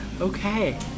Okay